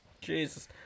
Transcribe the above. Jesus